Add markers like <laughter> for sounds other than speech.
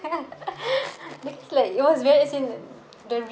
<laughs> like yours very the